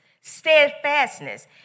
steadfastness